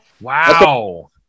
Wow